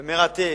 ומרתק,